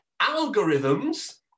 algorithms